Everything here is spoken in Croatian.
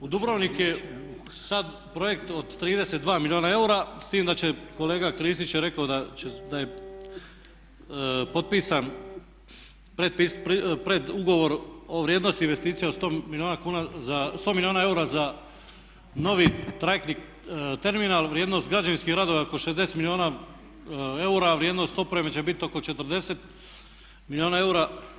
U Dubrovnik je sad projekt od 32 milijuna eura s tim da će kolega Kristić je rekao da je potpisan pred ugovor o vrijednosti investicija od 100 milijuna kuna, 100 milijuna eura za novi trajektni terminal, vrijednost građevinskih radova je oko 60 milijuna eura, a vrijednost opreme će biti oko 40 milijuna eura.